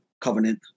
covenant